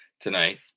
tonight